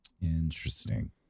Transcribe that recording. Interesting